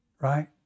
right